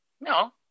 no